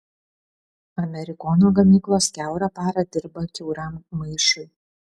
amerikono gamyklos kiaurą parą dirba kiauram maišui